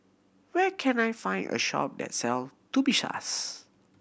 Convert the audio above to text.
where can I find a shop that sell Tubifast